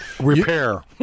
Repair